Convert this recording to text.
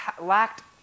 lacked